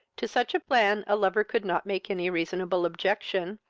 to such a plan a lover could not make any reasonable objection,